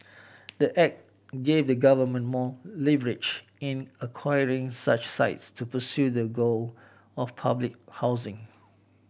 the act gave the government more leverage in acquiring such sites to pursue their goal of public housing